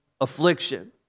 affliction